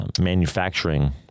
manufacturing